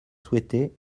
souhaité